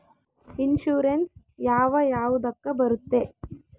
Insurance ಯಾವ ಯಾವುದಕ್ಕ ಬರುತ್ತೆ?